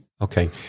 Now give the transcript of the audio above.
Okay